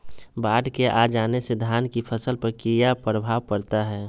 बाढ़ के आ जाने से धान की फसल पर किया प्रभाव पड़ता है?